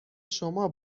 شما